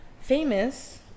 famous